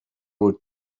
were